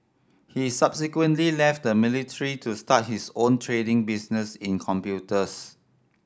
he subsequently left the military to start his own trading business in computers